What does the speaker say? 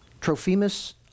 Trophimus